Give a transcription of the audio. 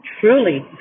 truly